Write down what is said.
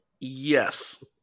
yes